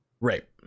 Right